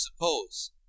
suppose